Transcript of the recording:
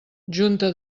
junta